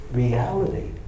reality